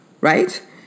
right